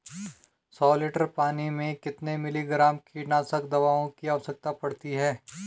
सौ लीटर पानी में कितने मिलीग्राम कीटनाशक दवाओं की आवश्यकता पड़ती है?